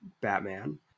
Batman